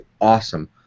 awesome